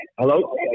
Hello